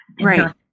Right